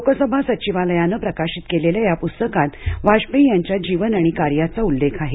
लोकसभा सचिवालयानं प्रकाशित केलेल्या या पुस्तकात वाजपेयी यांच्या जीवन आणि कार्याचा उल्लेख आहे